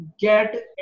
get